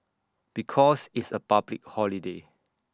because it's A public holiday